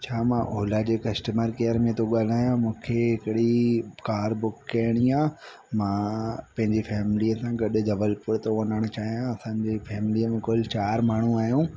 छा मां ओला जे कस्टमर केअर में थो ॻाल्हायां मूंखे हिकिड़ी कार बुक करिणी आहे मां पंहिंजी फ़ेमिली सां गॾ जबलपुर थो वञण चाहियां असांजी फ़ेमिलीअ में कुल चारि माण्हूं आहियूं